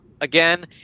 again